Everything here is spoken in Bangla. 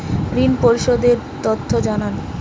ঋন পরিশোধ এর তথ্য জানান